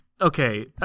okay